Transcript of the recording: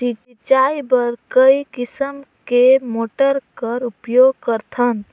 सिंचाई बर कई किसम के मोटर कर उपयोग करथन?